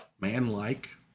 man-like